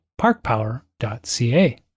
parkpower.ca